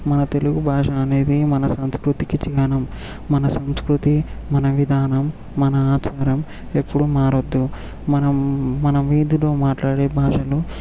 మన తెలుగు భాష అనేది మన సంస్కృతికి చిహ్నం మన సంస్కృతి మన విధానం మన ఆచారం ఎప్పుడు మారవద్దు మనం మనం వీధిలో మాట్లాడే భాషలు